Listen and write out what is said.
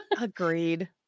Agreed